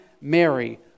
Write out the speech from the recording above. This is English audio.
Mary